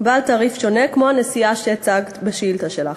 בעלי תעריף שונה, כמו הנסיעה שהצגת בשאילתה שלך.